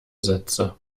sätze